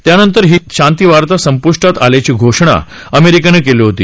त्या नंतर ही शांती वार्ता स्पूंष्ठात आल्याची घोषणा अमेरिकेनं केली होती